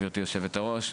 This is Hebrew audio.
גבירתי היושבת-ראש,